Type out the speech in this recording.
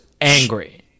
angry